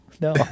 no